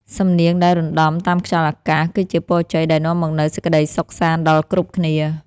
សំនៀងដែលរណ្ដំតាមខ្យល់អាកាស គឺជាពរជ័យដែលនាំមកនូវសេចក្ដីសុខសាន្តដល់គ្រប់គ្នា។